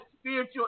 spiritual